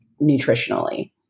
nutritionally